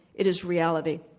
it is reality.